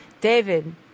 David